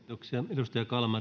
arvoisa